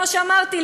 כמו שאמרתי,